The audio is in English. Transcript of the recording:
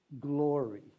Glory